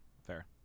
fair